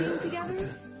together